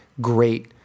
great